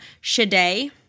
Shade